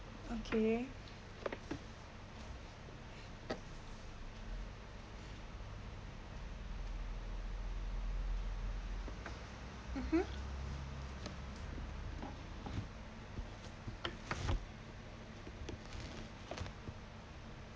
okay mmhmm